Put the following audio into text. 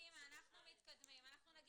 חובת התקנת מצלמות 3. (א)מפעיל